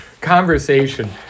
conversation